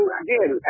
again